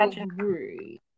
agree